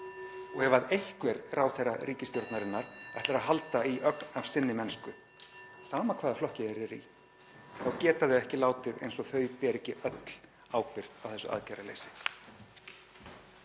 og ef einhver ráðherra ríkisstjórnarinnar ætlar að halda í ögn af sinni mennsku, sama hvaða flokki þeir eru í, þá geta þau ekki látið eins og þau beri ekki öll ábyrgð á þessu aðgerðaleysi.